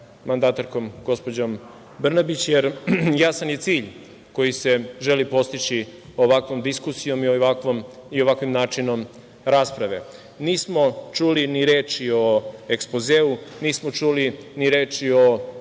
mandatarkom, gospođom Brnabić, jer je jasan cilj koji se želi postići ovakvom diskusijom i ovakvim načinom rasprave. Nismo čuli ni reči o ekspozeu, nismo čuli ni reči o